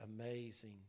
amazing